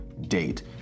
date